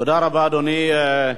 תודה רבה, אדוני.